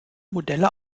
modelle